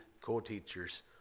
co-teachers